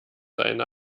seine